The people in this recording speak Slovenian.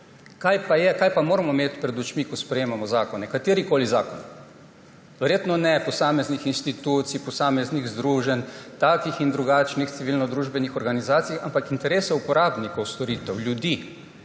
Kaj pa moramo imeti pred očmi, ko sprejemamo zakone, katerekoli zakon? Verjetno ne posameznih institucij, posameznih združenj takih in drugačnih civilnodružbenih organizacij, ampak interesov uporabnikov storitev, ljudi.